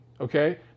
okay